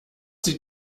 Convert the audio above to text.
sieht